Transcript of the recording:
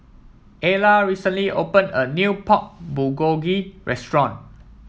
Ayla recently opened a new Pork Bulgogi Restaurant